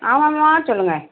ஆமாம்மா சொல்லுங்க